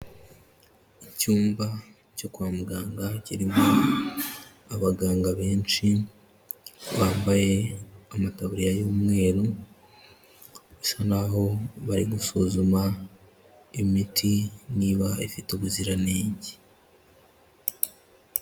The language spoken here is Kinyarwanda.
Icyumba cyo kwa muganga kirimo abaganga benshi, bambaye amataburiya y'umweru, bisa n'aho bari gusuzuma imiti niba ifite ubuziranenge.